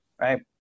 right